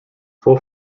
full